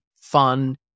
fun